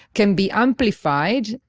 can be amplified,